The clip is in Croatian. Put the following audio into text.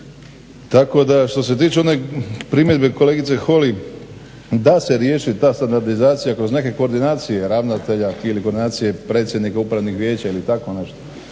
rekao. Što se tiče one primjedbe kolegice Holy da se riješi ta standardizacija kroz neke koordinacije ravnatelja ili koordinacije predsjednika upravnih vijeća ili tako nešto,